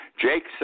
Jake